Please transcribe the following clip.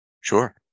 Sure